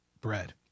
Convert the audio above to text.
bread